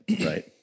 right